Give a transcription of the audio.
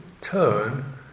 turn